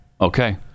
Okay